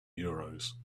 euros